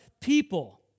people